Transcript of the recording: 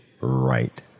right